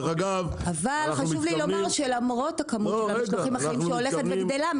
אבל חשוב לי לומר שלמרות הכמות של המשלוחים החיים שהולכת וגדלה,